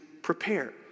prepare